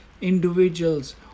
individuals